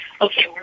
okay